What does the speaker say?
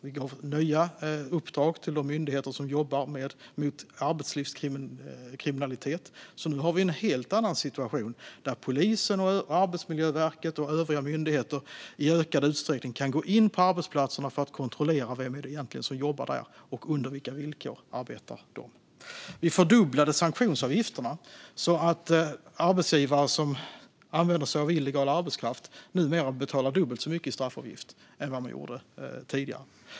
Vi gav nya uppdrag till de myndigheter som jobbar mot arbetslivskriminalitet. Nu har vi en helt annan situation, där polisen och Arbetsmiljöverket och övriga myndigheter i ökad utsträckning kan gå in på arbetsplatser för att kontrollera vilka som jobbar där och under vilka villkor de jobbar. Vi fördubblade sanktionsavgifterna så att arbetsgivare som använder sig av illegal arbetskraft numera får betala dubbelt så mycket som tidigare i straffavgift.